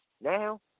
now